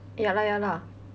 ya lah ya lah